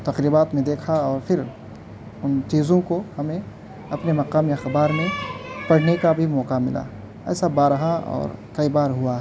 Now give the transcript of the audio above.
تقریبات میں دیکھا اور پھر ان چیزوں کو ہمیں اپنے مقامی اخبار میں پڑھنے کا بھی موقع ملا ایسا بارہا اور کئی بار ہوا